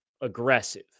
aggressive